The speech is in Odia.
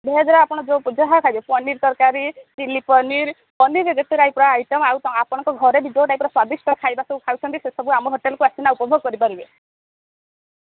ଭେଜ୍ରେ ଆପଣ ଯାହା ଖାଇବେ ପନିର ତରକାରୀ ଚିଲ୍ଲି ପନିର ପନିରରେ ଯେତେ ଟାଇପର ଆଇଟମ୍ ଆଉ ଆପଣଙ୍କ ଘରେ ଯୋଉ ଟାଇପର ସ୍ୱାଦିଷ୍ଟ ଖାଇବା ସବୁ ଖାଉଛନ୍ତି ସେସବୁ ଆମ ହୋଟେଲକୁ ଆସିକିନା ଉପଭୋଗ କରିପାରିବେ